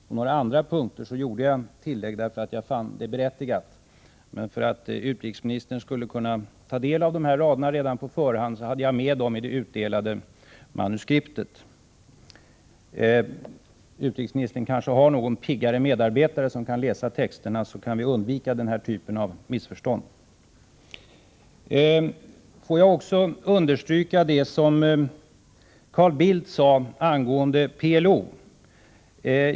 På några andra punkter gjorde jag tillägg därför att jag fann det berättigat. De rader vi diskuterar kunde utrikesministern ta del av på förhand, de fanns med i det utdelade manuskriptet. Utrikesministern kanske har någon piggare medarbetare som kan läsa texterna, så att vi undviker denna typ av missförstånd. Får jag understryka det som Carl Bildt sade angående PLO.